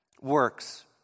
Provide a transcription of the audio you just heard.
works